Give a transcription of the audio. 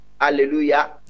hallelujah